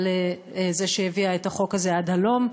על זה שהיא הביאה את חוק הזה עד הלום,